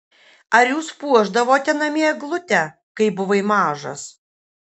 ar jūs puošdavote namie eglutę kai buvai mažas